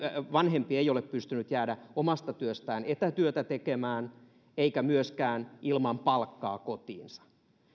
vanhempi ei ole pystynyt jäämään omasta työstään etätyötä tekemään eikä myöskään ilman palkkaa kotiinsa